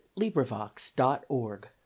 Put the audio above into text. LibriVox.org